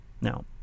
Now